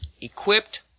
equipped